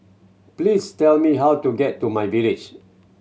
please tell me how to get to myVillage